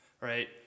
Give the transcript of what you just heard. Right